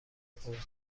پرسید